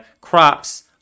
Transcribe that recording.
crops